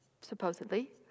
supposedly